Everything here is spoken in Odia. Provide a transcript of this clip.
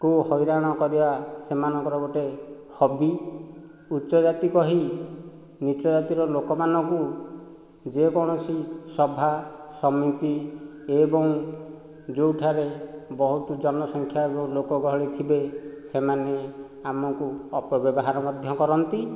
ଙ୍କୁ ହଇରାଣ କରିବା ସେମାନଙ୍କର ଗୋଟିଏ ହବି ଉଚ୍ଚ ଜାତି କହି ନିଚ୍ଚ ଜାତିର ଲୋକମାନଙ୍କୁ ଯେକୌଣସି ସଭା ସମିତି ଏବଂ ଯେଉଁଠାରେ ବହୁତ ଜନସଂଖ୍ୟା ଲୋକ ଗହଳି ଥିବେ ସେମାନେ ଆମକୁ ଅପବ୍ୟବହାର ମଧ୍ୟ କରନ୍ତି